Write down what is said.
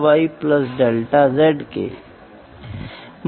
तो मापी गई मात्रा को इंगित किया जाता है और कभी कभी इसे रिकॉर्ड भी किया जाता है